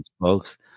folks